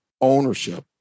ownership